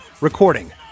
recording